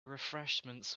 refreshments